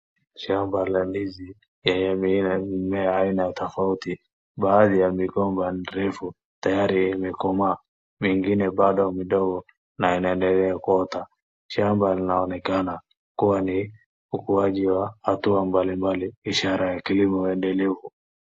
Shamba la ndizi lenye mimea aina tofauti, baadhi ya migomba ni ndefu, tayari imekomaa, wengine bado midogo na inaendelea kuota. Shamba linaonekana kuwa ni ukuaji wa hatua mbalimbali, ishara ya kilimo endelevu.